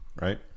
right